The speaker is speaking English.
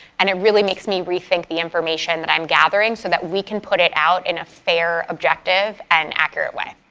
and it really makes me rethink the information that i'm gathering, so that we can put it out in a fair, objective and accurate way.